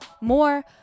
More